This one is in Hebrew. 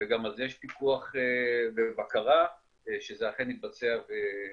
וגם על זה יש פיקוח ובקרה שזה אכן מתבצע וקורה.